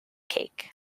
cake